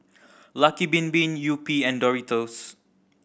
Lucky Bin Bin Yupi and Doritos